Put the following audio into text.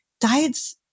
diet's